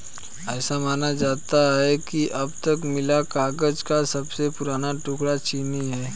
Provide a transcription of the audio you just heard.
ऐसा माना जाता है कि अब तक मिला कागज का सबसे पुराना टुकड़ा चीनी है